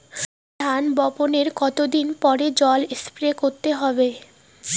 ধান বপনের কতদিন পরে জল স্প্রে করতে হবে?